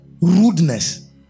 rudeness